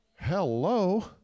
Hello